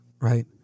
Right